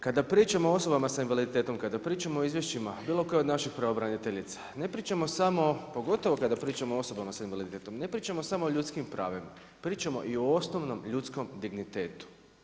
Kada pričamo o osobama sa invaliditetom, kada pričamo o izvješćima bilo koje od naše pravobraniteljice, ne pričamo samo, pogotovo kada pričamo o osobama s invaliditetom, ne pričamo samo o ljudskim pravima, pričamo i o osnovnom ljudskom dignitetu.